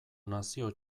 nazio